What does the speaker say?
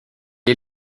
est